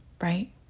right